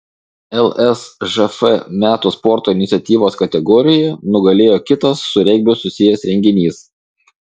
lsžf metų sporto iniciatyvos kategorijoje nugalėjo kitas su regbiu susijęs renginys